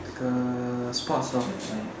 like a sports